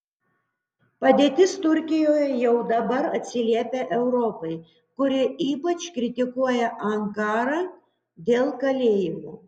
padėtis turkijoje jau dabar atsiliepia europai kuri ypač kritikuoja ankarą dėl kalėjimų